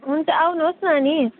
हुन्छ आउनुहोस् न अनि